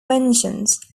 vengeance